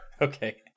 Okay